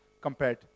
compared